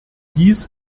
dies